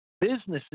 businesses